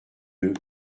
deux